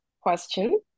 question